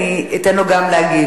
אני אתן לו גם להגיב.